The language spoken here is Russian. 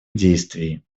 действий